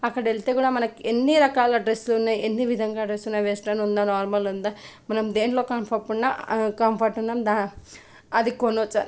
అక్కడ వెళితే కూడా మనకి ఎన్ని రకాల డ్రెస్సులు ఉన్నాయి ఎన్ని విధంగా డ్రెస్సులు వెస్ట్రెన్ ఉందా నార్మల్ ఉందా మనం దేంట్లో కంఫోర్ట్ ఉందా కంఫర్ట్ ఉందా దాన్ అది కొనవచ్చు